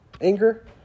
anger